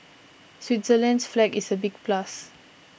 Switzerland's flag is a big plus